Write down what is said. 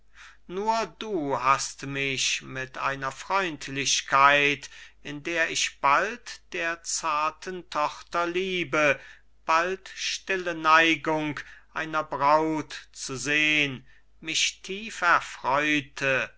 nur du hast mich mit einer freundlichkeit in der ich bald der zarten tochter liebe bald stille neigung einer braut zu sehn mich tief